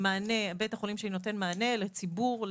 מענה לציבור,